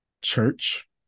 Church